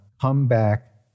comeback